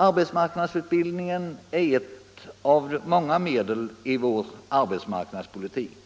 Arbetsmarknadsutbildning är ett av många medel i vår arbetsmarknadspolitik.